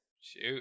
Shoot